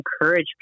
encourage